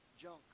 junk